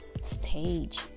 stage